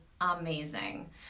amazing